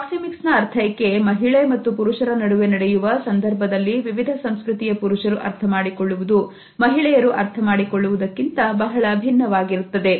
proxemics ನ ಅರ್ಥೈಕೆ ಮಹಿಳೆ ಮತ್ತು ಪುರುಷರ ನಡುವೆ ನಡೆಯುವ ಸಂದರ್ಭದಲ್ಲಿ ವಿವಿಧ ಸಂಸ್ಕೃತಿಯ ಪುರುಷರು ಅರ್ಥಮಾಡಿಕೊಳ್ಳುವುದು ಮಹಿಳೆಯರು ಅರ್ಥಮಾಡಿಕೊಳ್ಳುವುದಕ್ಕಿಂತ ಬಹಳ ಭಿನ್ನವಾಗಿರುತ್ತದೆ